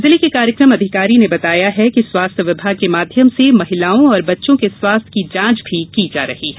जिले के कार्यक्रम अधिकारी ने बताया कि स्वास्थ्य विभाग के माध्यम से महिलाओं और बच्चों के स्वास्थ्य की जांच भी की जा रही है